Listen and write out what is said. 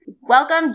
Welcome